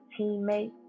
teammate